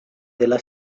dela